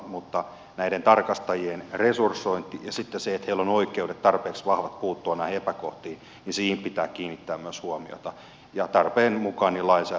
mutta näiden tarkastajien resursointiin ja sitten siihen että heillä on tarpeeksi vahvat oikeudet puuttua näihin epäkohtiin pitää kiinnittää myös huomiota tarpeen mukaan lainsäädäntöä muuttamalla